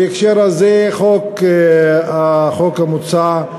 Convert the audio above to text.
בהקשר הזה, החוק הזה,